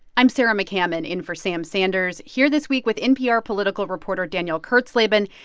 i'm sarah mccammon in for sam sanders, here this week with npr political reporter danielle kurtzleben,